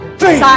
three